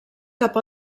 cap